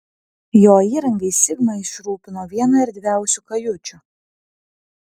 jo įrangai sigma išrūpino vieną erdviausių kajučių